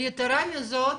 ויתרה מזאת,